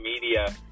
media